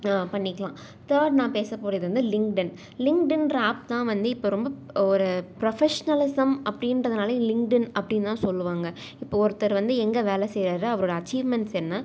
பண்ணிக்கலாம் தேர்ட் நான் பேசப்போகிறது வந்து லிங்க்ட்இன் லிங்க்ட்இன்ற ஆப் தான் வந்து இப்போ ரொம்ப ஒரு ப்ரொஃபஸ்னலிஷம் அப்படின்றதுனால லிங்க்ட்இன் அப்படின்னு தான் சொல்லுவாங்க இப்போது ஒருத்தர் வந்து எங்கே வேலை செய்கிறாரு அவரோட அச்சீவ்மெண்ட்ஸ் என்ன